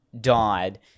died